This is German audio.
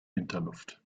winterluft